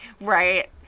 Right